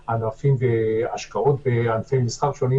השקעות בענפי מסחר שונים